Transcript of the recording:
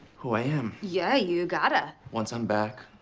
who i am. yeah, you got to. once i'm back,